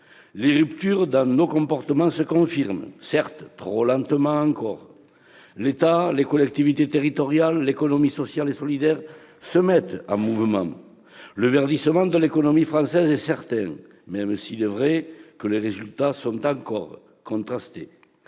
Les ruptures dans nos comportements se confirment, certes trop lentement encore. L'État, les collectivités territoriales, l'économie sociale et solidaire se mettent en mouvement. Le verdissement de l'économie française est certain, même si les résultats sont encore contrastés.